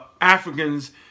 Africans